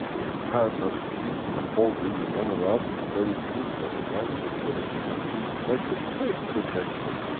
the time not to eat and the whole day you run around preparing food for the night when you gonna eat and you eat like a pig till next day.